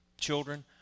Children